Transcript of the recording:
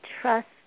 trust